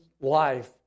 life